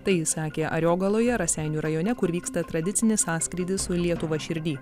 tai jis sakė ariogaloje raseinių rajone kur vyksta tradicinis sąskrydis su lietuva širdy